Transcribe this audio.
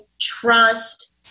trust